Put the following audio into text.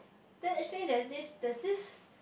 then actually there is this there is this